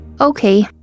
okay